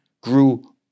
grew